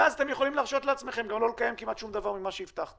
ואז אתם יכולים להרשות לעצמכם גם לא לקיים כמעט שום דבר ממה שהבטחתם.